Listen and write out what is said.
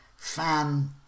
Fan